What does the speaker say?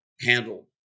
handle